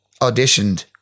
auditioned